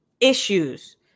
Issues